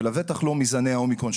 ולבטח לא מזני האומיקרון,